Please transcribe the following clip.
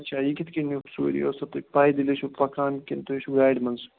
اچھا یہ کتھ کنۍ نیوکھ ژوٗرِ یہ اوسہَ تُہۍ پیدلۍ ٲسوٕ تُہۍ پکان کنہ تُہۍ ٲسِو گاڑِ مَنٛز